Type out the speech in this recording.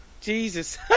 Jesus